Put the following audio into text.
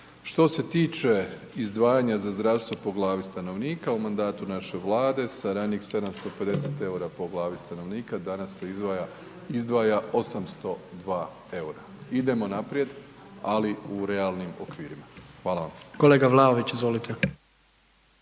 Što se tiče izdvajanja za zdravstvo po glavi stanovnika, u mandatu naše Vlade sa ranijih 750,00 EUR-a po glavi stanovnika danas se izdvaja, izdvaja 802,00 EUR-a, idemo naprijed, ali u realnim okvirima. Hvala vam. **Jandroković, Gordan